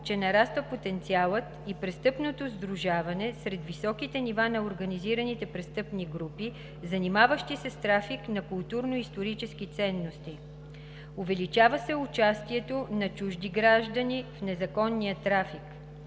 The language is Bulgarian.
че нараства потенциалът и престъпното сдружаване сред високите нива на организираните престъпни групи, занимаващи се с трафик на културно-исторически ценности. Увеличава се участието на чужди граждани в незаконния трафик.